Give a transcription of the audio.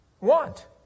want